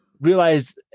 realize